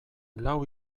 lau